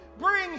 bring